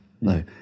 no